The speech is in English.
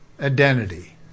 identity